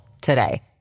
today